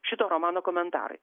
šito romano komentarai